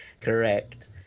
Correct